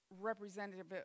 representative